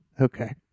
Okay